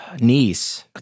niece